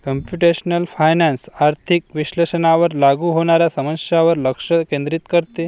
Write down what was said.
computational finance आर्थिक विश्लेषणावर लागू होणाऱ्या समस्यांवर लक्ष केंद्रित करते